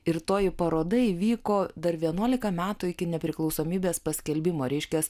ir toji paroda įvyko dar vienuolika metų iki nepriklausomybės paskelbimo reiškias